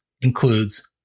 includes